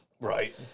Right